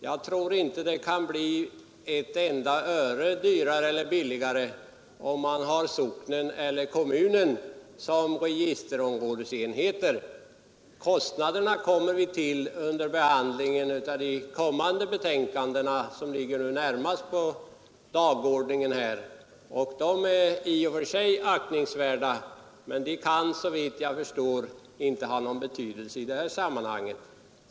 Jag tror inte att det kan bli ett enda öre dyrare eller billigare om man har socknen eller kommunen som registerområdesenhet. Kostnaderna kommer vi till vid behandlingen av de följande betänkandena på dagordningen. Kostnaderna är i och för sig aktningsvärda, men de kan såvitt jag förstår inte ha någon betydelse i detta sammanhang.